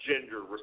gender